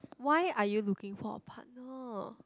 why are you looking for a partner